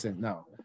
no